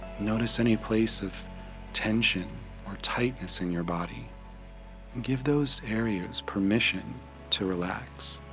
notice any place of tension or tightness in your body give those areas permission to relax,